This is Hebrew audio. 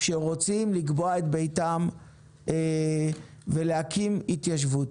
שרוצים לקבוע את ביתם ולהקים התיישבות.